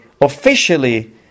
officially